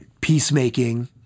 Peacemaking